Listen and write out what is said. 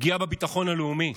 פגיעה בביטחון הלאומי.